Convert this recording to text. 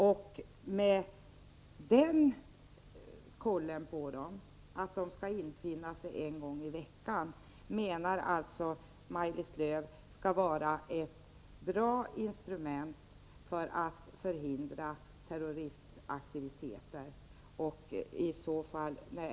Maj-Lis Lööw anser alltså att denna anmälningsplikt är ett bra instrument för att förhindra terroristaktiviteter.